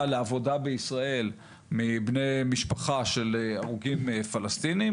לעבודה בישראל מבני משפחה של הרוגים פלסטינים,